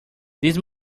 these